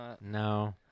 no